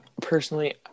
Personally